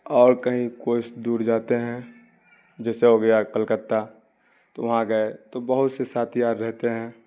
اور کہیں کوس دور جاتے ہیں جیسے ہو گیا کلکتہ تو وہاں گئے تو بہت سے ساتھی اور رہتے ہیں